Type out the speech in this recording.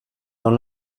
dans